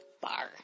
Bar